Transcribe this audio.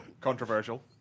controversial